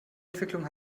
entwicklung